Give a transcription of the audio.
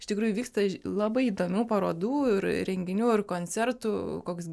iš tikrųjų vyksta labai įdomių parodų ir renginių ir koncertų koks